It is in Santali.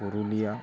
ᱯᱩᱨᱩᱞᱤᱭᱟᱹ